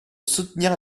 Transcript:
soutenir